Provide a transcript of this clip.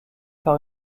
par